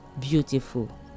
beautiful